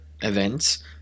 events